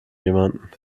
jemanden